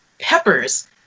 peppers